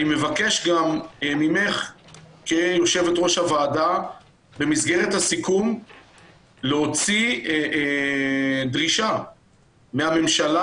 אני מבקש גם ממך כיושבת-ראש הוועדה במסגרת הסיכום להוציא דרישה לממשלה,